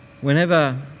Whenever